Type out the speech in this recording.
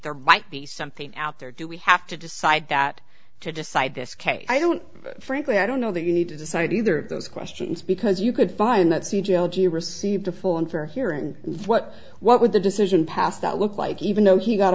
there might be something out there do we have to decide that to decide this case i don't frankly i don't know that you need to decide either of those questions because you could find that c j algy received a full and fair hearing and what what would the decision past that look like even though he got